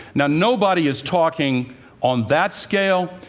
and nobody is talking on that scale.